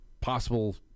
possible